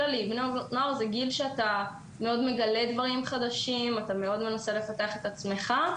כללי בני הנוער נמצאים בגיל שמגלים דברים חדשים ולפתח את עצמך,